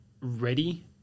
ready